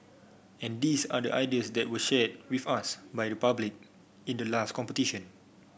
and these are the ideas that were shared with us by the public in the last competition